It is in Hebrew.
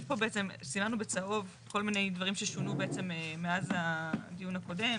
יש פה בעצם סימנו בצהוב כל מיני דברים ששונו בעצם מאז הדיון הקודם.